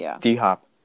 D-Hop